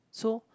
so